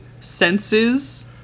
senses